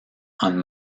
han